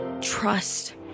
trust